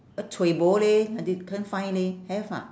uh cueh bo leh I did~ can't find leh have ah